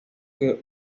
que